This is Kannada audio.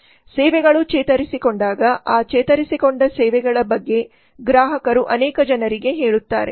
ಸೇವೆಗಳು ಚೇತರಿಸಿಕೊಂಡಾಗ ಆ ಚೇತರಿಸಿಕೊಂಡ ಸೇವೆಗಳ ಬಗ್ಗೆ ಗ್ರಾಹಕರು ಅನೇಕ ಜನರಿಗೆ ಹೇಳುತ್ತಾರೆ